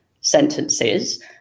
sentences